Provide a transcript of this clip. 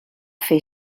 fer